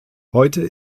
heute